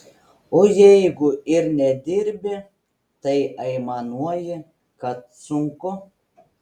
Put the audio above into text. o jeigu ir nedirbi tai aimanuoji kad sunku